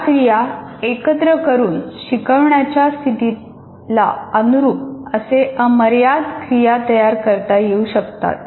या क्रिया एकत्र करून शिकवण्याच्या स्थितीला अनुरूप असे अमर्याद क्रिया तयार करता येऊ शकतात